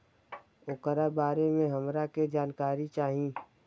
ओकरा बारे मे हमरा के जानकारी चाही?